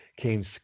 came